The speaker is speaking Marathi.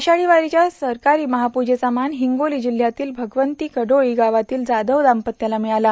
आषाढी वारीच्या सरक्ररी महापूजेचा मान हिंगोती जिल्ह्यातील भगवंती कडोळी गावातील जाधव दाम्पत्याला मिळला